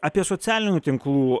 apie socialinių tinklų